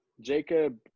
Jacob